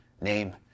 name